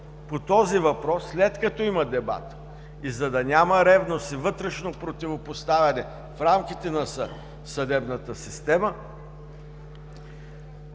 по този въпрос след като има дебат и за да няма ревност и вътрешно противопоставяне в рамките на съдебната система,